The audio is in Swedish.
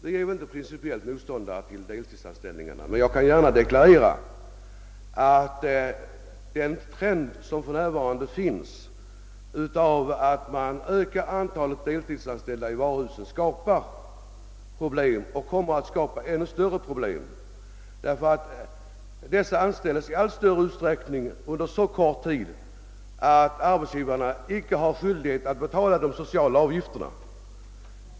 Vi är inte principiellt motståndare till deltidsanställningarna, men jag kan gärna deklarera att den trend som för närvarande finns att öka antalet deltidsanställda i varuhusen skapar problem och kommer att skapa ännu större problem. Dessa anställningar avser i allmänhet så kort tid att arbetsgivarna inte har skyldighet att betala de sociala avgifterna.